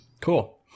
Cool